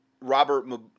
Robert